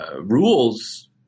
rules